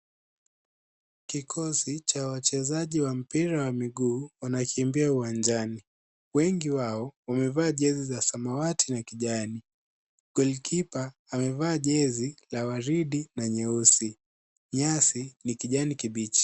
Kikosi cha wachezaji wa mpira wa miguu, wanakimbia uwanjani. Wengi wao wamevaa jezi za samawati na kijani . [Goalkeeper] amevaa jezi la waridi na nyeusi. Nyasi ni kijani kibichi.